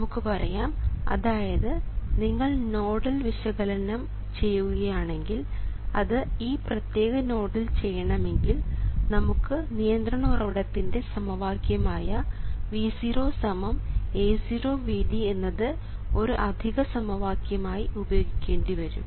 നമുക്ക് പറയാം അതായത് നിങ്ങൾ നോഡൽ വിശകലനം ചെയ്യുകയാണെങ്കിൽ അത് ഈ പ്രത്യേക നോഡിൽ ചെയ്യണമെങ്കിൽ നമുക്ക് നിയന്ത്രണ ഉറവിടത്തിൻറെ സമവാക്യം ആയ V0 A0 x Vd എന്നത് ഒരു അധിക സമവാക്യം ആയി ഉപയോഗിക്കേണ്ടിവരും